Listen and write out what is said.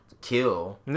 kill